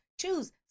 choose